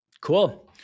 Cool